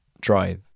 drive